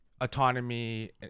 autonomy